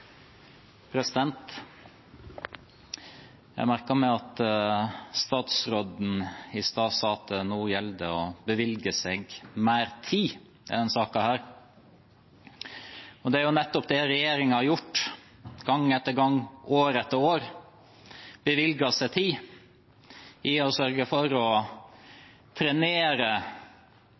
staden. Jeg merket meg at statsråden sa i stad at nå gjelder det å bevilge seg mer tid i denne saken. Det er nettopp det regjeringen har gjort gang etter gang, år etter år – bevilget seg tid for å sørge for å trenere